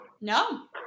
No